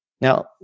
Now